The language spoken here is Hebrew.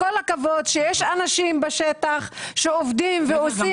כל הכבוד שיש אנשים בשטח שעובדים ועושים